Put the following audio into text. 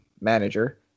manager